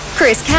Chris